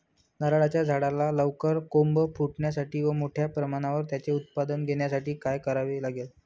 नारळाच्या झाडाला लवकर कोंब फुटण्यासाठी व मोठ्या प्रमाणावर त्याचे उत्पादन घेण्यासाठी काय करावे लागेल?